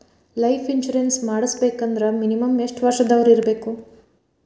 Life insurance ಮಾಡ್ಸ್ಬೇಕಂದ್ರ minimum ಯೆಷ್ಟ್ ವರ್ಷ ದವ್ರಿರ್ಬೇಕು?